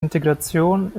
integration